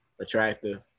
attractive